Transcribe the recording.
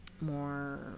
more